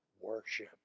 worship